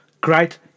great